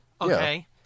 okay